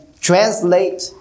translate